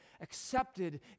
accepted